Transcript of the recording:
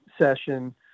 session